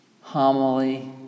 homily